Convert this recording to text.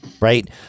right